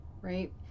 right